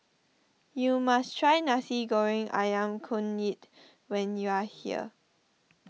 you must try Nasi Goreng Ayam Kunyit when you are here